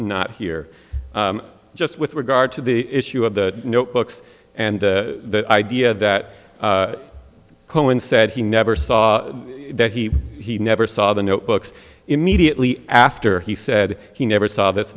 not here just with regard to the issue of the notebooks and the idea that cohen said he never saw that he he never saw the notebooks immediately after he said he never saw this